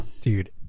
Dude